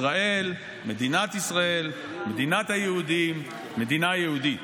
ישראל, מדינת ישראל, מדינת היהודים, מדינה יהודית.